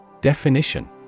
Definition